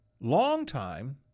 longtime